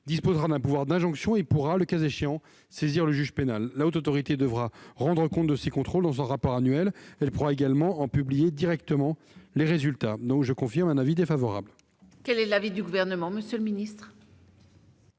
disposera d'un pouvoir d'injonction et pourra, le cas échéant, saisir le juge pénal. La Haute Autorité devra rendre compte de ses contrôles dans son rapport annuel. Elle pourra également en publier directement les résultats. En conséquence, l'avis de la commission est défavorable. Quel est l'avis du Gouvernement ? J'avais émis des